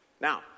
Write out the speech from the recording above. Now